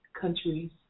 countries